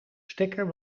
stekker